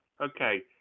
okay